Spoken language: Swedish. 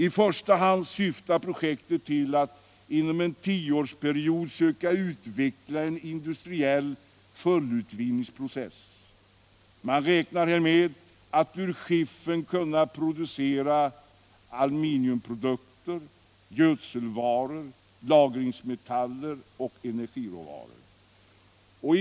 I första hand syftar projektet till att inom en tioårsperiod söka utveckla en industriell fullutvinningsprocess. Man räknar här med att ur skiffern kunna producera aluminiumprodukter, gödselvaror, lagringsmetaller och energiråvaror.